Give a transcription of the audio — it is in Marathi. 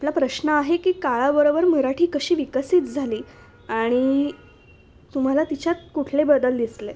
आपला प्रश्न आहे की काळाबरोबर मराठी कशी विकसित झाली आणि तुम्हाला तिच्यात कुठले बदल दिसले